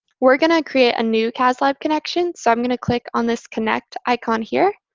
we're going to create a new cas lib connection. so i'm going to click on this connect icon here.